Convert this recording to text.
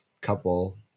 couple